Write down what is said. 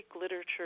literature